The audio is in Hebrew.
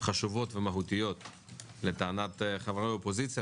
חשובות ומהותיות לטענות חברי האופוזיציה.